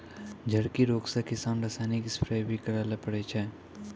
झड़की रोग से किसान रासायनिक स्प्रेय भी करै ले पड़ै छै